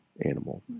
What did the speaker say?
animal